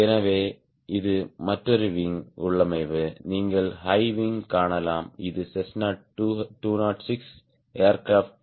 எனவே இது மற்றொரு விங் உள்ளமைவு நீங்கள் ஹை விங் காணலாம் இது செஸ்னா 206 ஏர்கிராஃப்ட்